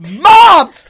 Mom